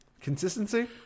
Consistency